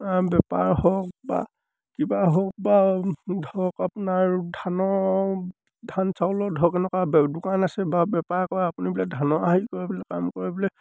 বেপাৰ হওক বা কিবা হওক বা ধৰক আপোনাৰ ধানৰ ধান চাউলৰ ধৰক এনেকুৱা দোকান আছে বা বেপাৰ কৰা আপুনি বোলে ধানৰ হেৰি কৰে বোলে কাম কৰে বোলে